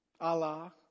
Allah